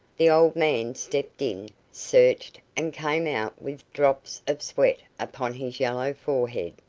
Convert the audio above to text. the old man stepped in, searched, and came out with drops of sweat upon his yellow forehead.